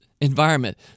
environment